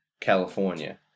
California